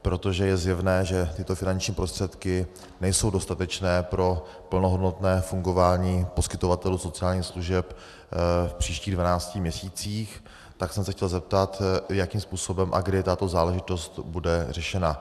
Protože je zjevné, že tyto finanční prostředky nejsou dostatečné pro plnohodnotné fungování poskytovatelů sociálních služeb v příštích 12 měsících, tak jsem se chtěl zeptat, jakým způsobem a kdy tato záležitost bude řešena.